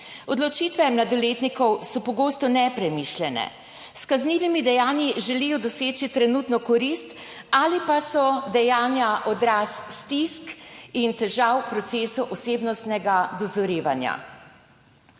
Odločitve mladoletnikov so pogosto nepremišljene, s kaznivimi dejanji želijo doseči trenutno korist ali pa so dejanja odraz stisk in težav v procesu osebnostnega dozorevanja.